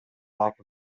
lack